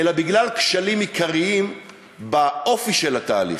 אלא בגלל כשלים עיקריים באופי של התהליך.